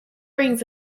rings